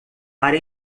para